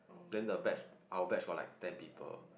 then the batch our batch got like ten people